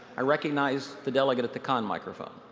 i recognize the delegate at the con microphone.